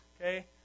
okay